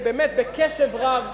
באמת, בקשב רב,